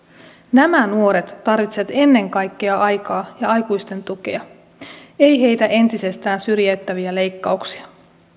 nämä nuoret tarvitsevat ennen kaikkea aikaa ja aikuisten tukea ei heitä entisestään syrjäyttäviä leikkauksia